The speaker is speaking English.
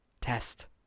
test